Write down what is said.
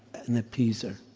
an appeaser,